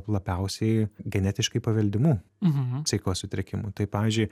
labiausiai genetiškai paveldimų psichikos sutrikimų tai pavyzdžiui